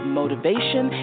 motivation